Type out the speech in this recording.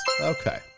Okay